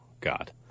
God